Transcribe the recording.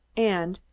and,